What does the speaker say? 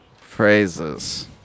phrases